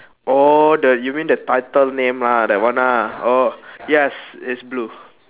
oh the you mean the title name ah that one ah yes it's blue